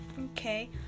Okay